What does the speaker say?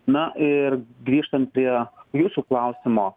na ir grįžtant prie jūsų klausimo